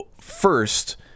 First